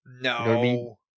No